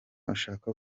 ashaka